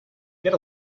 get